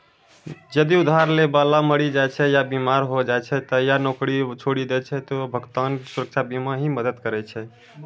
जदि उधार लै बाला मरि जाय छै या बीमार होय जाय छै या नौकरी छोड़ि दै छै त भुगतान सुरक्षा बीमा ही मदद करै छै